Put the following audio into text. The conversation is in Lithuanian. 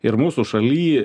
ir mūsų šaly